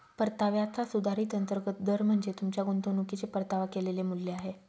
परताव्याचा सुधारित अंतर्गत दर म्हणजे तुमच्या गुंतवणुकीचे परतावा केलेले मूल्य आहे